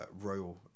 Royal